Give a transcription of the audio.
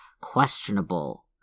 questionable